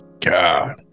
God